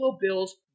Bills